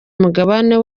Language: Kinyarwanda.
umugabane